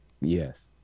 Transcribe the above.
Yes